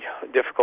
difficult